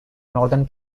northern